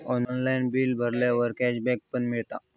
online बिला भरल्यावर cashback पण मिळता